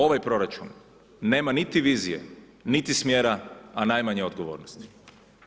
Ovaj proračun nema niti vizije, niti smjera a najmanje odgovornosti.